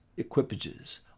equipages